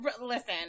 listen